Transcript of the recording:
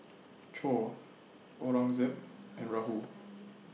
Choor Aurangzeb and Rahul